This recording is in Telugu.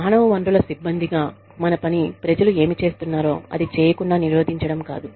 మానవ వనరుల సిబ్బందిగా మన పని ప్రజలు ఏమి చేస్తున్నారో అది చేయకుండా నిరోధించడం కాదు